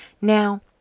Now